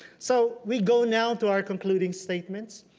so we go now to our concluding statements.